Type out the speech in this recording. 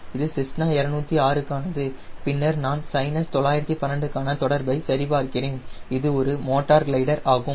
இது செஸ்னா 206 க்கானது பின்னர் நான் சைனஸ் 912 க்கான தொடர்பை சரிபார்க்கிறேன் இது ஒரு மோட்டார் கிளைடர் ஆகும்